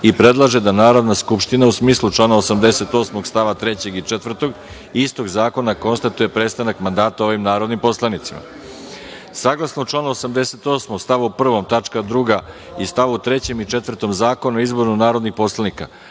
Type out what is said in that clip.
i predlaže da Narodna skupštine, u smislu člana 88. st. 3. i 4. istog zakona, konstatuje prestanak mandata ovim narodnim poslanicima. Saglasno članu 88. stav 1. tačka 2) i st. 3. i 4. Zakona o izboru narodnih poslanika,